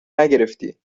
نگرفتی